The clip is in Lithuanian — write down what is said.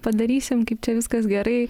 padarysim kaip čia viskas gerai